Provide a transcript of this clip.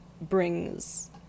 brings